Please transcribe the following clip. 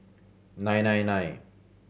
nine nine nine